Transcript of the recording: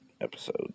episode